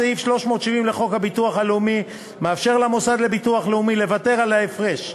סעיף 370 לחוק הביטוח הלאומי מאפשר למוסד לביטוח לאומי לוותר על הפרש,